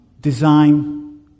design